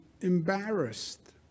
embarrassed